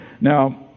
Now